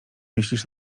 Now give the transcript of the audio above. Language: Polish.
myślisz